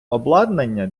обладнання